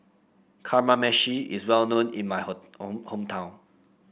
kamameshi is well known in my hometown